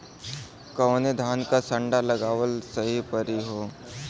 कवने धान क संन्डा लगावल सही परी हो?